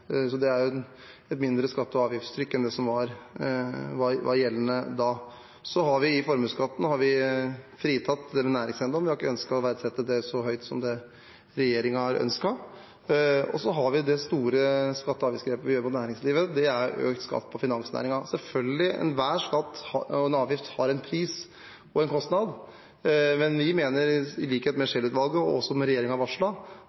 så massive skatte- og avgiftsskjerpelser uten at det rammer næring i distriktene? I vårt skatte- og avgiftsopplegg ligger det et lavere skatte- og avgiftsnivå enn det norsk næringsliv hadde i 2013. Det er et mindre skatte- og avgiftstrykk enn det som var gjeldende da. I formuesskatten har vi fritatt dem med næringseiendom – vi har ikke ønsket å verdsette det så høyt som regjeringen har ønsket. Så har vi det store skatte- og avgiftsgrepet vi gjør på næringslivet, det er økt skatt på finansnæringen. Selvfølgelig har enhver skatt og avgift en pris og en kostnad, men vi